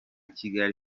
kigali